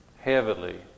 heavily